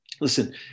Listen